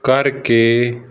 ਕਰਕੇ